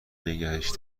نگهش